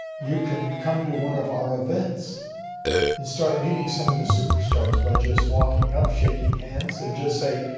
you can come to one of our events and start meeting some of the superstars by just walking up, shaking hands and just say,